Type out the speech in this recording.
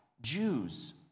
Jews